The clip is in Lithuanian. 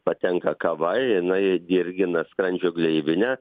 patenka kava jinai dirgina skrandžio gleivinę